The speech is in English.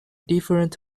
different